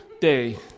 day